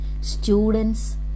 students